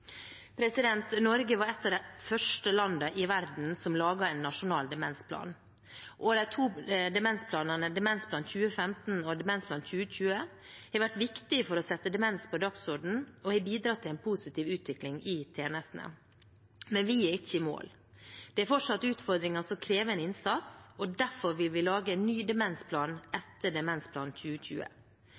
tid. Norge var et av de første landene i verden som laget en nasjonal demensplan. De to demensplanene Demensplan 2015 og Demensplan 2020 har vært viktige for å sette demens på dagsordenen og har bidratt til en positiv utvikling i tjenestene. Men vi er ikke i mål. Det er fortsatt utfordringer som krever en innsats, og derfor vil vi lage en ny demensplan etter Demensplan 2020.